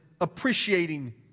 appreciating